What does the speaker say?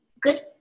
good